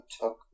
took